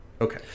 okay